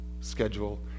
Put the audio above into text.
schedule